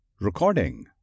recording